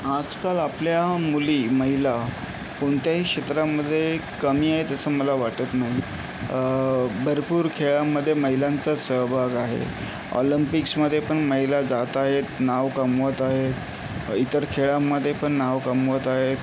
आजकाल आपल्या मुली महिला कोणत्याही क्षेत्रामध्ये कमी आहेत असं मला वाटत नाही भरपूर खेळांमध्ये महिलांचा सहभाग आहे ऑलंम्पिक्समध्ये पण महिला जात आहेत नाव कमवत आहेत इतर खेळांमध्ये पण नाव कमवत आहेत